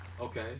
okay